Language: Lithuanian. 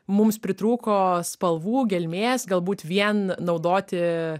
mums pritrūko spalvų gelmės galbūt vien naudoti